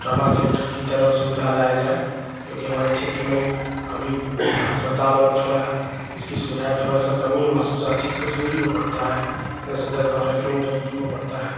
trauma centre की तरह सुविधा लाई जाए क्योंकि हमारे क्षेत्र में अभी अस्पताल और थोड़ा इसकी सुविधाएँ थोड़ा सा कमी महसूस आती है कुछ दूरी पर पड़ता है यहाँ से दस बारह किलोमीटर दूरी पर पड़ता है